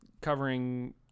covering